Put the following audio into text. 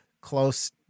close